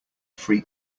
free